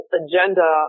agenda